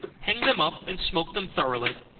hang them up, and smoke them thoroughly.